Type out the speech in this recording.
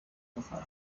passage